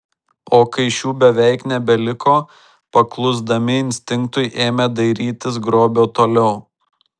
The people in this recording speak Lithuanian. o kai šių beveik nebeliko paklusdami instinktui ėmė dairytis grobio toliau